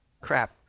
Crap